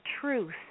truth